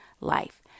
life